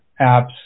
apps